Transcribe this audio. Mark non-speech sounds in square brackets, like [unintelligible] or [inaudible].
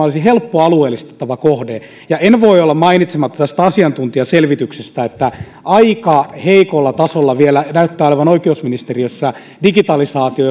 [unintelligible] olisi helppo alueellistettava kohde ja en voi olla mainitsematta tästä asiantuntijaselvityksestä että aika heikolla tasolla vielä näyttää olevan oikeusministeriössä digitalisaatio [unintelligible]